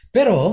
pero